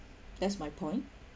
that's my point